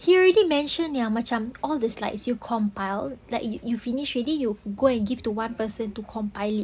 he already mention ni ah yang macam all the slides you compile like you you finish already you go and give to one person to compile it